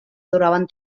duraven